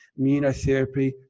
immunotherapy